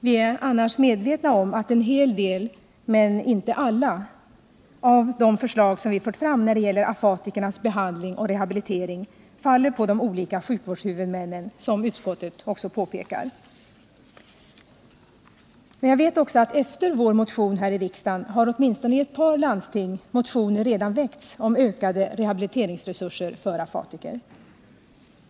Vi är annars medvetna om att en hel del — men inte alla — av de förslag som vi fört fram när det gäller afatikernas behandling och rehabilitering faller på de olika sjukvårdshuvudmännen, som utskottet också påpekar. Jag vet också att efter det att vår motion väckts här i riksdagen har åtminstone i ett par landsting motioner redan väckts om ökade rehabiliteringsresurser för afatiker.